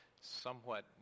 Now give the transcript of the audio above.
somewhat